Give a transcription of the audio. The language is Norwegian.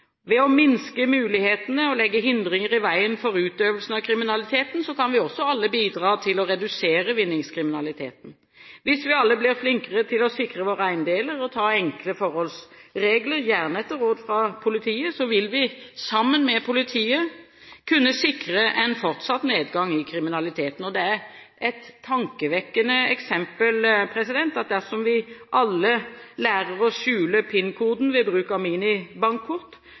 Ved å minske mulighetene og legge hindringer i veien for utøvelsen av kriminalitet kan vi alle bidra til å redusere vinningskriminaliteten. Hvis vi alle blir flinkere til å sikre våre eiendeler og ta enkle forholdsregler, gjerne etter råd fra politiet, vil vi sammen med politiet kunne sikre en fortsatt nedgang i kriminaliteten. Det er et tankevekkende eksempel at dersom vi alle lærer å skjule PIN-koden ved bruk av minibankkort,